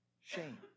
shame